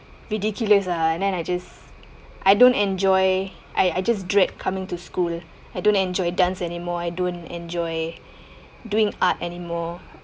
ridiculous lah and then I just I don't enjoy I I just dread coming to school I don't enjoy dance anymore I don't enjoy doing art anymore